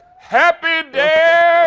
happy dance!